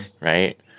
right